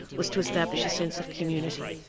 was to establish a sense of community.